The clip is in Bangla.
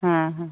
হ্যাঁ হ্যাঁ